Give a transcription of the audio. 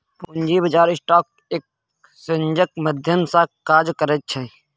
पूंजी बाजार स्टॉक एक्सेन्जक माध्यम सँ काज करैत छै